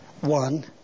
one